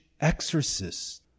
exorcists